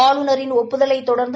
ஆளுநரின் ஒப்புதலைத் தொடர்ந்து